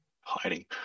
Hiding